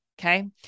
Okay